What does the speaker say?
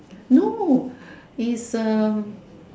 no is a